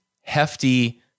hefty